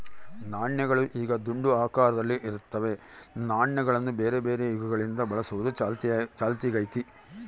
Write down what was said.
ನಾಣ್ಯಗಳು ಈಗ ದುಂಡು ಆಕಾರದಲ್ಲಿ ಇರುತ್ತದೆ, ನಾಣ್ಯಗಳನ್ನ ಬೇರೆಬೇರೆ ಯುಗಗಳಿಂದ ಬಳಸುವುದು ಚಾಲ್ತಿಗೈತೆ